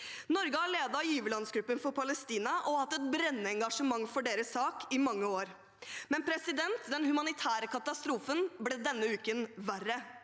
Norge har ledet giverlandsgruppen for Palestina og hatt et brennende engasjement for deres sak i mange år. Den humanitære katastrofen ble denne uken verre.